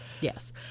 Yes